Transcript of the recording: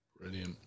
Brilliant